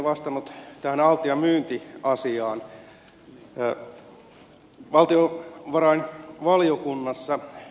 val tiovarainministeri rinne ette vastannut tähän altian myyntiasiaan